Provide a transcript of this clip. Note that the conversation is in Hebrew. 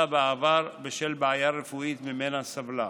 בעבר בשל בעיה רפואית שממנה היא סבלה.